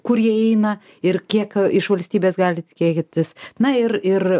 kur jie eina ir kiek iš valstybės gali tikėtis na ir ir